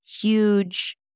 huge